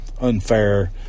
unfair